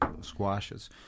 squashes